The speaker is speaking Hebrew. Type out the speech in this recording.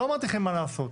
לא אמרתי לכם מה לעשות.